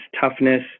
toughness